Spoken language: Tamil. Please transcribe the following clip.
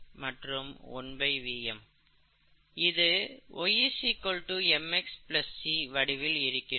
இது y mx c வடிவில் இருக்கிறது